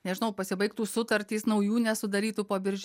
nežinau pasibaigtų sutartys naujų nesudarytų po birželio